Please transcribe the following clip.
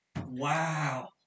wow